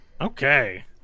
Okay